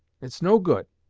it's no good!